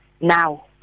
now